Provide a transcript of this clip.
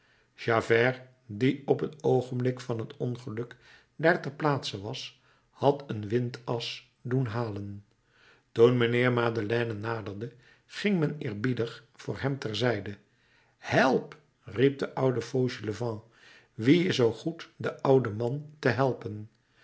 die op t oogenblik van t ongeluk daar ter plaatse was had een windas doen halen toen mijnheer madeleine naderde ging men eerbiedig voor hem ter zijde help riep de oude fauchelevent wie is zoo goed den ouden man te helpen